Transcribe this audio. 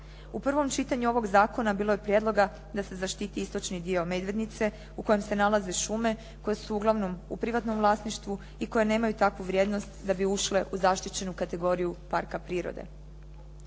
U prvom čitanju ovog zakona bilo je prijedloga da se zaštiti istočni dio Medvednice u kojem se nalaze šume koje su uglavnom u privatnom vlasništvu i koje nemaju takvu vrijednost da bi ušle u zaštićenu kategoriju parka prirode.